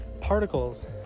particles